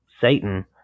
Satan